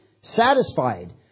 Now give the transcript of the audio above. satisfied